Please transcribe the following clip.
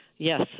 Yes